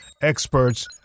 experts